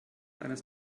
eines